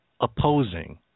opposing